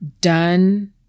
done